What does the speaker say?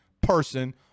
person